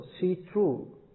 see-through